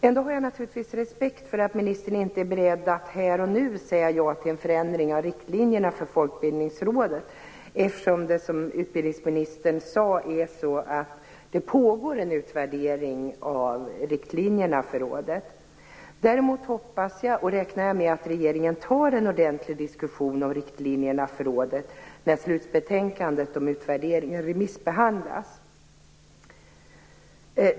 Ändå har jag naturligtvis respekt för att ministern inte är beredd att här och nu säga ja till en förändring av riktlinjerna för Folkbildningsrådet. Det pågår ju, som utbildningsministern sade, en utvärdering av riktlinjerna för rådet. Däremot hoppas jag, och räknar med, att regeringen tar en ordentlig diskussion om riktlinjerna för rådet när slutbetänkandet om utvärderingen remissbehandlas.